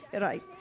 Right